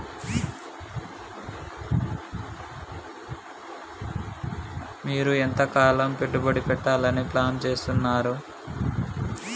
మీరు ఎంతకాలం పెట్టుబడి పెట్టాలని ప్లాన్ చేస్తున్నారు?